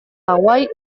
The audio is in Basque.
hawaii